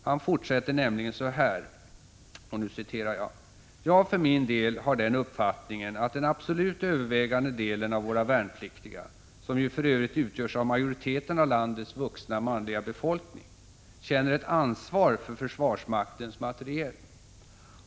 Han fortsätter nämligen så här: ”Jag för min del har den uppfattningen att den absolut övervägande delen av våra värnpliktiga — som ju för övrigt utgörs av majoriteten av landets vuxna manliga befolkning — känner ett ansvar för försvarsmaktens materiel.